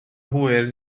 hwyr